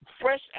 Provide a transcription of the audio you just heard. fresh